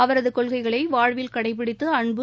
அவரதகொள்கைகளைவாழ்வில் கடைப்பிடித்து அன்பு